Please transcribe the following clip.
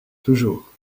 toujours